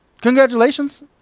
congratulations